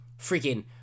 freaking